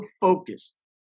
focused